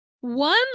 one